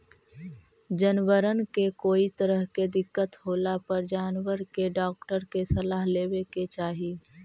जनबरबन के कोई तरह के दिक्कत होला पर जानबर के डाक्टर के सलाह लेबे के चाहि